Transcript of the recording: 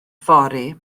fory